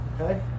Okay